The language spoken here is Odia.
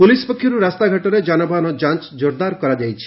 ପୁଲିସ ପକ୍ଷରୁ ରାସ୍ତାଘାଟରେ ଯାନବାହନ ଯାଞ୍ଚ ଜୋରଦାର କରାଯାଇଛି